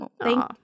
Thank